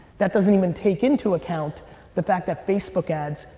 that doesn't even take into account the fact that facebook ads,